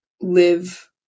live